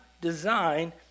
design